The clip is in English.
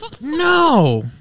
no